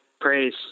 praise